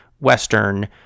Western